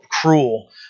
cruel